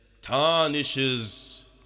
tarnishes